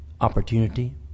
opportunity